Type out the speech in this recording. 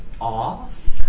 off